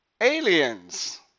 Aliens